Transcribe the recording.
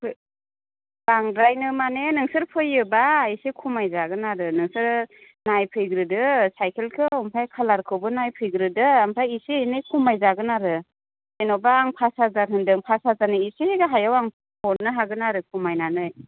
बांद्रायनो माने नोंसोर फैयोब्ला एसे खमायजागोन आरो नोंसोरो नायफैग्रोदो सायखेलखौ ओमफ्राय कालारखौबो नायफैग्रोदो ओमफ्राय एसे एनै खमायजागोन आरो जेन'बा आं फास हाजार होन्दों फास हाजारनि एसे गाहायाव आं हरनो हागोन आरो खमायनानै